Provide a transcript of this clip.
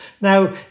Now